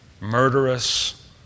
murderous